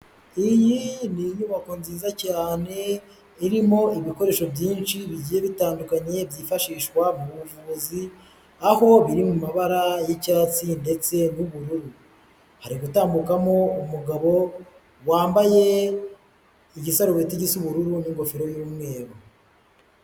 Iyi ni inyubako nziza cyane irimo ibikoresho byinshi bigiye bitandukanye byifashishwa mu buvuzi, aho biri mu mabara y'icyatsi ndetse n'ubururu, hari gutambukamo umugabo wambaye igisaruberi cy'ubururu n'ingofero y'umweru.